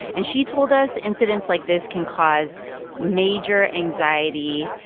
and she told us incidents like this can cause major anxiety.